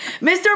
Mr